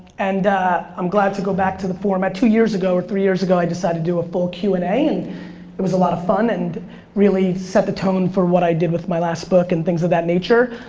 and i'm glad to go back to the form, at two years ago or three years ago i decided to do a full q and amp a, and it was a lot of fun and really set the tone for what i did with my last book and things of that nature.